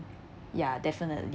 ya definitely